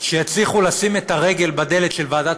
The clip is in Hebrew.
שיצליחו לשים את הרגל בדלת של ועדת